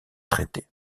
traité